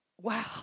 Wow